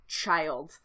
child